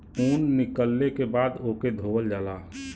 ऊन निकलले के बाद ओके धोवल जाला